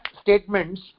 statements